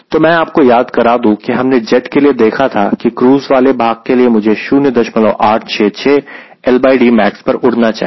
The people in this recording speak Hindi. तो मैं आपको याद करा दूं कि हमने जेट के लिए देखा था कि क्रूज़ वाले भाग के लिए मुझे 0866LDmax पर उड़ना चाहिए